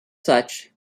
such